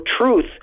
truth